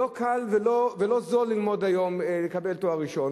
לא קל ולא זול ללמוד היום ולקבל תואר ראשון,